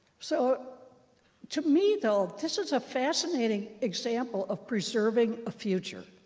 so to me, though, this is a fascinating example of preserving a future.